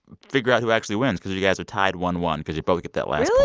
figure out who actually wins because you guys are tied one one because you both get that last